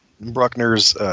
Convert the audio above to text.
Bruckner's